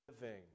living